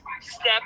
step